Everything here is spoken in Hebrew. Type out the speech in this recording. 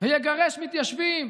ויגרש מתיישבים.